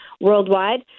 worldwide